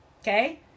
okay